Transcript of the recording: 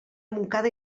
montcada